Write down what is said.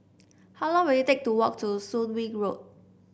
how long will it take to walk to Soon Wing Road